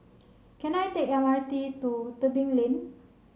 can I take M R T to Tebing Lane